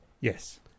Yes